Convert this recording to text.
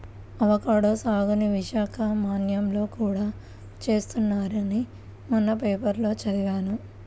avocado సాగుని విశాఖ మన్యంలో కూడా చేస్తున్నారని మొన్న పేపర్లో చదివాను